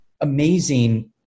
amazing